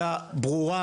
שבוע אחרי שבוע,